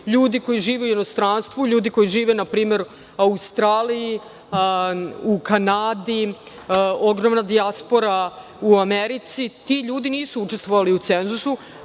ljudi koji žive u inostranstvu, ljudi koji žive u Australiji, u Kanadi, ogromna dijaspora u Americi. Ti ljudi nisu učestvovali u cenzusu,